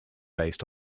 based